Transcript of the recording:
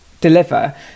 deliver